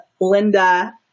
Linda